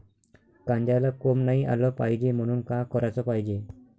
कांद्याला कोंब नाई आलं पायजे म्हनून का कराच पायजे?